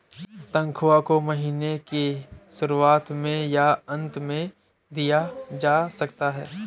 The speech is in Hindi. तन्ख्वाह को महीने के शुरुआत में या अन्त में दिया जा सकता है